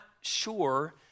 sure